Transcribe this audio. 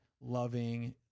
loving